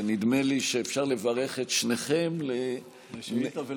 ונדמה לי שאפשר לברך את שניכם כל נאומי